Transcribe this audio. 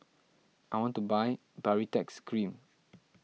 I want to buy Baritex Cream